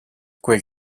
quel